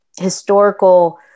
historical